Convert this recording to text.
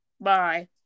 Bye